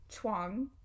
Chuang